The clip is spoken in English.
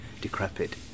decrepit